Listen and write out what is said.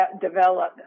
develop